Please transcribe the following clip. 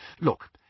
Look